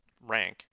rank